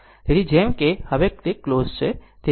તેથી જેમ કે હવે તે ક્લોઝ છે તે ત્વરિત છે